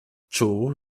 czuł